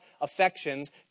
affections